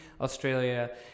Australia